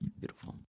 beautiful